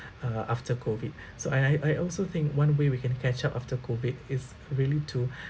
uh after COVID so I I I also think one way we can catch up after COVID is really to